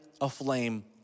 aflame